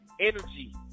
energy